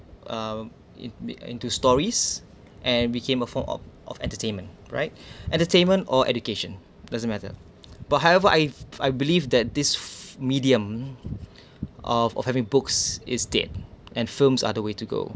uh it may into stories and became a form of of entertainment right entertainment or education doesn't matter but however I I believe that this medium of of having books is dead and films are the way to go